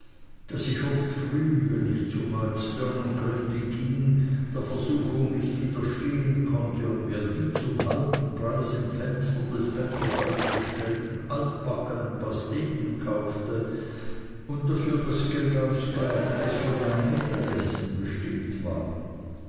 daß ich oft früh wenn ich zu murdstone grinby ging der versuchung nicht widerstehen konnte und mir die zum halben preis im fenster des bäckers ausgestellten altbackenen pasteten kaufte und dafür das geld ausgab das für mein mittagessen bestimmt war